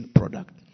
product